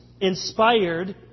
inspired